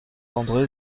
andré